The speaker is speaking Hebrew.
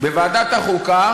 בוועדת החוקה